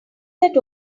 that